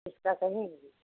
जिस का कहेंगी